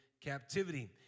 captivity